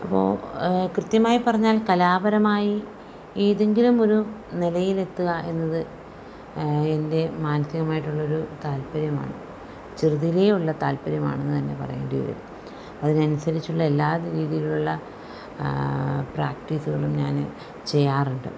ഇപ്പോൾ കൃത്യമായി പറഞ്ഞാൽ കലാപരമായി ഏതെങ്കിലും ഒരു നിലയിലെത്തുക എന്നത് എൻ്റെ മാനസികമായിട്ടുള്ളൊരു താല്പര്യമാണ് ചെറുതിലേ ഉള്ള താല്പര്യമാണെന്നുതന്നെ പറയേണ്ടിവരും അതിനനുസരിച്ചുള്ള എല്ലാ രീതിയിലുള്ള പ്രാക്ടീസുകളും ഞാൻ ചെയ്യാറുണ്ട്